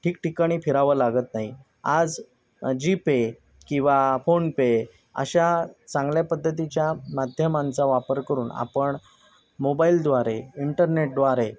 ठिकठिकाणी फिरावं लागत नाही आज जीपे किवा फोनपे अशा चांगल्या पद्धतीच्या माध्यमांचा वापर करून आपण मोबाइलद्वारे इंटरनेटद्वारे